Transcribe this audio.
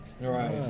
Right